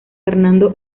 fernando